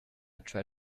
try